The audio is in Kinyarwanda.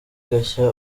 gashya